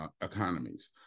economies